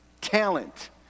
Talent